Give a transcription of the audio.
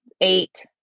eight